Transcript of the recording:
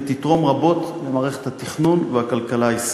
ותתרום רבות למערכת התכנון והכלכלה הישראלית.